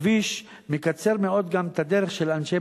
הכביש מקצר מאוד גם את הדרך של אנשי